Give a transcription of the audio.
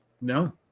No